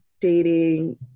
dating